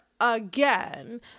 again